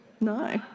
No